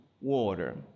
water